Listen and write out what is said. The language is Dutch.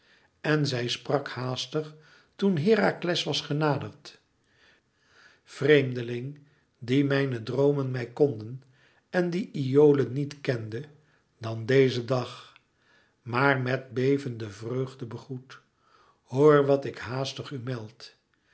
en zij sprak haastig toen herakles was genaderd vreemdeling dien mijne droomen mij kondden en dien iole niet kende dan dézen dag maar met bevende vreugde begroet hoor wat ik haastig u meld